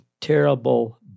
terrible